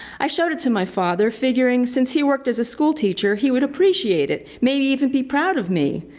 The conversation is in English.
i showed it to my father, figuring, since he worked as a schoolteacher, he would appreciate it, maybe even be proud of me.